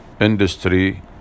industry